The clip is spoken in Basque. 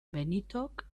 benitok